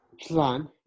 plan